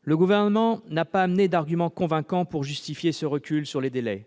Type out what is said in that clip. Le Gouvernement n'a pas avancé d'arguments convaincants pour justifier ce recul en matière de délai.